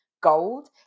gold